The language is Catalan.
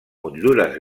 motllures